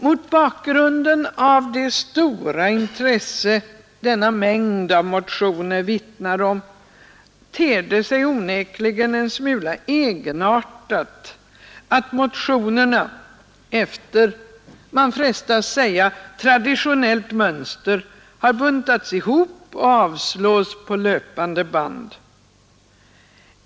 Mot bakgrunden av det stora intresse denna mängd av motioner vittnar om ter det sig onekligen en smula egenartat att motionerna efter — man frestas säga — traditionellt mönster har buntats ihop och avslås på löpande band.